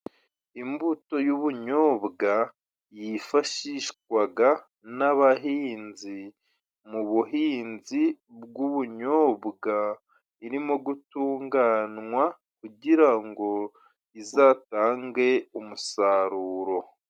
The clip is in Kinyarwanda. Imbuto y'ubunyobwa yifashishwaga n'abahinzi mu buhinzi bw'ubunyobwabwa. Irimo gutunganywa kugira ngo izatange umusaruro.